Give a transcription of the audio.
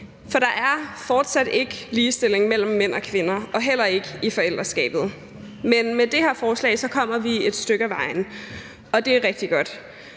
For der er fortsat ikke ligestilling mellem mænd og kvinder og heller ikke i forældreskabet, men med det her forslag kommer vi et stykke ad vejen, og det er rigtig godt.